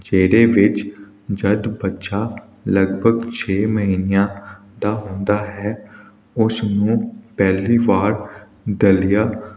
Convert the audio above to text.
ਜਿਹਦੇ ਵਿੱਚ ਜਦ ਬੱਚਾ ਲਗਭਗ ਛੇ ਮਹੀਨਿਆਂ ਦਾ ਹੁੰਦਾ ਹੈ ਉਸਨੂੰ ਪਹਿਲੀ ਵਾਰ ਦਲੀਆ